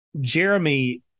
Jeremy